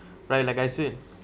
like like I say